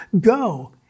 go